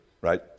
right